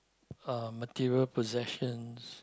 uh material possessions